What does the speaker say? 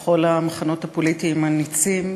כל המחנות הפוליטיים הנצים,